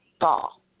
ball